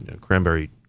cranberry